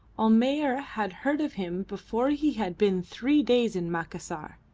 almayer had heard of him before he had been three days in macassar,